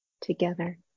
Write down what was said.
together